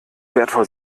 wertvoll